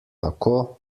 tako